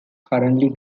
currently